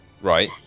Right